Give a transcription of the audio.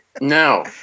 No